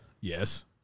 Yes